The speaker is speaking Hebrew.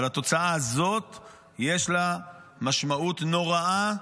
אבל לתוצאה הזאת יש משמעות נוראה.